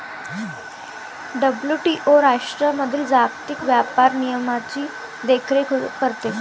WTO राष्ट्रांमधील जागतिक व्यापार नियमांची देखरेख करते